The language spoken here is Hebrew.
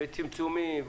וצמצומים,